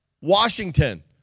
Washington